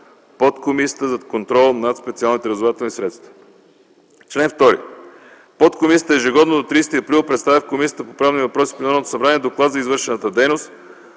Подкомисията за контрол над специалните разузнавателни средства. Чл. 2. Подкомисията ежегодно до 30 април представя в Комисията по правни въпроси при Народното събрание доклад за извършената дейност,